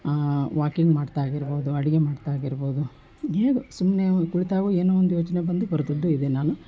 walking ಮಾಡ್ತಾ ಆಗಿರ್ಬೋದು ಅಡುಗೆ ಮಾಡ್ತಾ ಆಗಿರ್ಬೋದು ಹೇಗೋ ಸುಮ್ಮನೆ ಕುಳ್ತಾಗ್ಲೂ ಏನೋ ಒಂದು ಯೋಚನೆ ಬಂದು ಬರೆದಿದ್ದು ಇದೆ ನಾನು